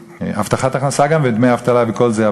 הבטחת הכנסה גם ודמי אבטלה וכל זה,